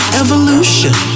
evolution